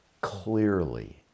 clearly